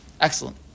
excellent